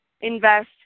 invest